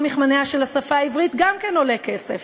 מכמניה של השפה העברית גם כן עולה כסף,